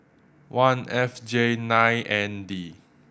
one F J nine N D